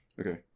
Okay